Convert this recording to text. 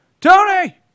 Tony